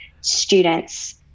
students